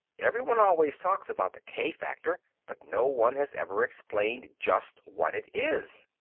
everyone always talks about the k-factor, but no one has ever explained just what it is.